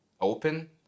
open